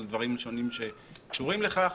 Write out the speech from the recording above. על דברים שונים שקשורים לכך,